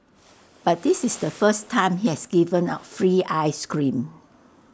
but this is the first time he has given out free Ice Cream